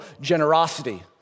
generosity